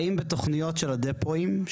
האם בתוכניות של הדפואים,